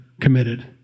committed